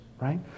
right